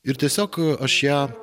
ir tiesiog aš ją